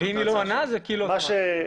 נכון.